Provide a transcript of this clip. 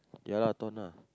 ya lah ton ah